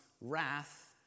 wrath